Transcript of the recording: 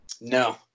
no